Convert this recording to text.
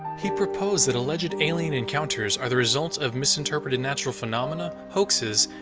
he proposes that alleged alien encounters are the result of misinterpreted natural phenomena, hoaxes,